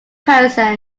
person